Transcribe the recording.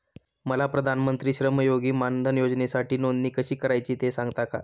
मला प्रधानमंत्री श्रमयोगी मानधन योजनेसाठी नोंदणी कशी करायची ते सांगता का?